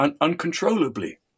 uncontrollably